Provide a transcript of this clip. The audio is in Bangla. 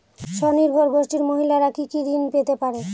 স্বনির্ভর গোষ্ঠীর মহিলারা কি কি ঋণ পেতে পারে?